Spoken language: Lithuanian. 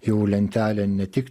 jau lentelę ne tik